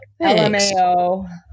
LMAO